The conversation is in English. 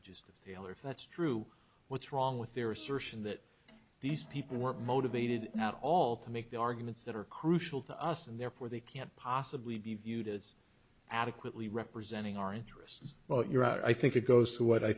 just a failure if that's true what's wrong with their assertion that these people were motivated not all to make the arguments that are crucial to us and therefore they can't possibly be viewed as adequately representing our interests well you're out i think it goes to